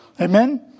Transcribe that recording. Amen